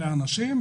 אלה האנשים,